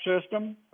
system